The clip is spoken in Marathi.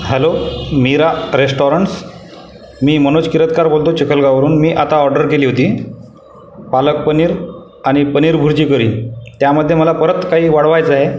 हेलो मीरा रेस्टॉरंट्स मी मनोज किरतकर बोलतोय चिखलगावावरून मी आता ऑर्डर केली होती पालक पनीर आणि पनीर बुर्जी करी त्यामध्ये मला परत काही वाढवायचं आहे